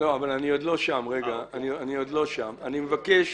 אני מבקש